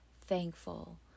thankful